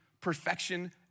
perfection